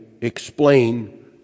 explain